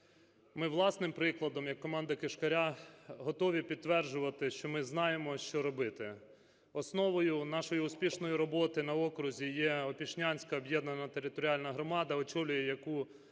Ми власним прикладом як команда Кишкаря готові підтверджувати, що ми знаємо, що робити. Основою нашої успішної роботи на окрузі є Опішнянська об'єднана територіальна громада, очолює яку